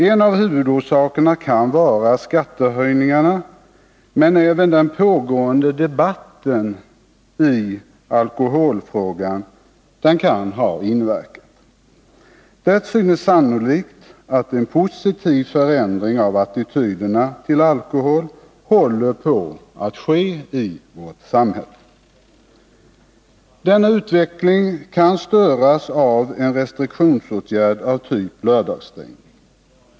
En av huvudorsakerna kan vara skattehöjningarna, men även den pågående debatten i alkoholfrågan kan ha inverkat. Det synes sannolikt att en positiv förändring av attityderna till alkohol håller på att ske i vårt samhälle. Denna utveckling kan störas av en restriktionsåtgärd av typ lördagsstängning.